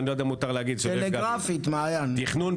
לתכנון,